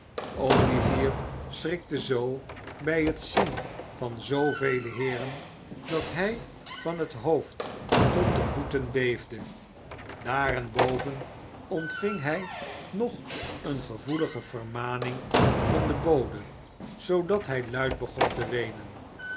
olivier schrikte zoo bij het zien van zoovele heeren dat hij van het hoofd tot de voeten beefde daarenboven ontving hij nog eene gevoelige vermaning van den bode zoodat hij luid begon te weenen